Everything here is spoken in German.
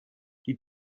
die